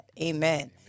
Amen